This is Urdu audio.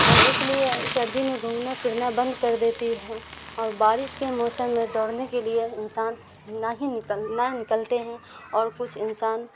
اور اس لیے سردی میں گھومنا پھرنا بند کر دیتی ہے اور بارش کے موسم میں دوڑنے کے لیے انسان نہ ہی نکل نہ نکلتے ہیں اور کچھ انسان